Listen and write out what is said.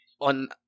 on